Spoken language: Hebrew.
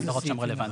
ההגדרות שם רלוונטיים.